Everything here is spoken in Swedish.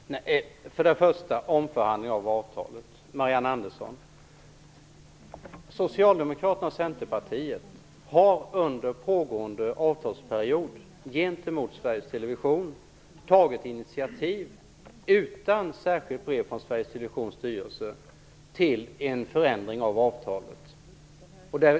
Herr talman! För det första vill jag kommentera det Marianne Andersson sade om omförhandling av avtalet. Socialdemokraterna och Centerpartiet har under pågående avtalsperiod gentemot Sveriges Television tagit initiativ, utan särskilt brev från Sveriges Televisions styrelse, till en förändring av avtalet.